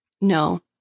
No